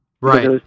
right